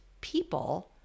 people